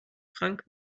frank